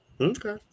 Okay